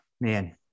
Man